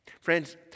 friends